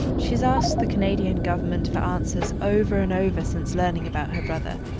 she's asked the canadian government for answers over and over since learning about her brother,